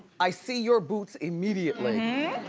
i see your boots immediately.